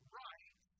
right